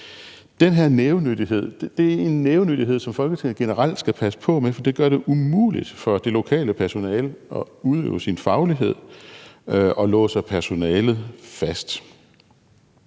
Den her nævenyttighed er en nævenyttighed, som Folketinget generelt skal passe på med, for det gør det umuligt for det lokale personale at udøve sin faglighed og låser personalet fast.